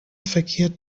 verkehrt